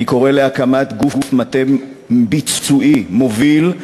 אני קורא להקמת גוף מטה ביצועי מוביל,